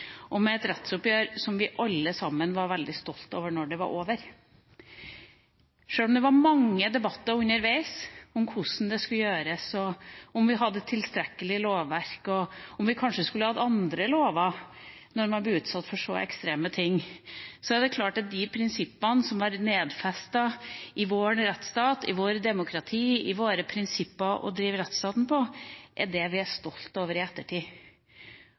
og med et rettsoppgjør som, da det var over, var noe vi alle sammen var veldig stolte over, sjøl om det var mange debatter underveis om hvordan det skulle gjøres, om vi hadde et tilstrekkelig lovverk, og om vi kanskje skulle hatt andre lover når man ble utsatt for så ekstreme ting. Det er klart at de prinsippene som var nedfelt i vår rettsstat, i vårt demokrati, i våre prinsipper å drive rettsstaten etter, er det vi er stolte over i ettertid.